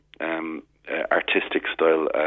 artistic-style